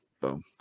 boom